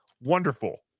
wonderful